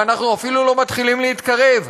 ואנחנו אפילו לא מתחילים להתקרב.